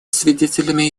свидетелями